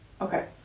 Okay